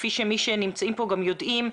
כפי שמי שנמצאים כאן גם יודעים,